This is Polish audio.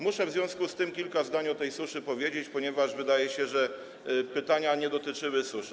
Muszę w związku z tym kilka zdań o tej suszy powiedzieć, mimo że wydaje się, że pytania nie dotyczyły suszy.